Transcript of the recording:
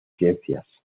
ciencias